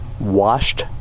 Washed